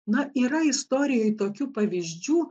na yra istorijoj tokių pavyzdžių